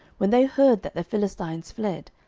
when they heard that the philistines fled,